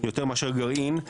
יותר מאשר גרעין.